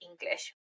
English